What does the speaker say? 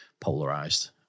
polarized